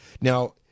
Now